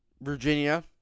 Virginia